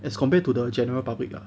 as compared to the general public lah